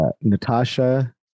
Natasha